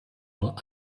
nur